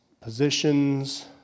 positions